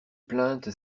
plaintes